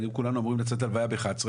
כולנו היינו אמורים לצאת ללוויה באחד עשרה